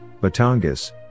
Batangas